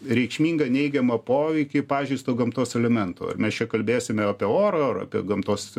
reikšmingą neigiamą poveikį pavyzdžiui su tuo gamtos elementu ar mes čia kalbėsime apie oro ar apie gamtos